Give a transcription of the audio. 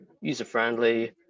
user-friendly